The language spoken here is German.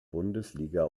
bundesliga